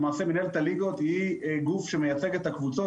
למעשה מינהלת הליגות היא גוף שמייצג את הקבוצות,